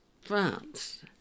France